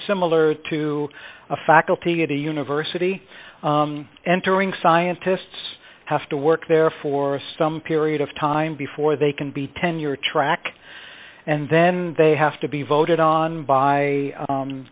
similar to a faculty at a university entering scientists have to work there for some period of time before they can be tenure track and then they have to be voted on by